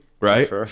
Right